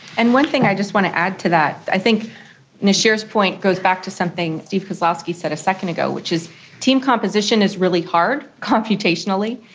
and one thing i just want to add to that. i think noshir's point goes back to something steve kozlowski said a second ago, which is team composition is really hard computationally.